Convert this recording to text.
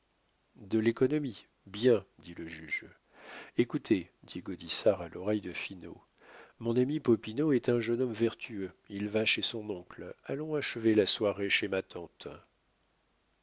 de l'économie bien dit le juge écoutez dit gaudissart à l'oreille de finot mon ami popinot est un jeune homme vertueux il va chez son oncle allons achever la soirée chez ma tante